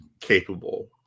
capable